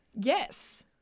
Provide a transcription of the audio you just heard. Yes